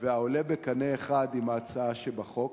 והעולה בקנה אחד עם ההצעה שבחוק.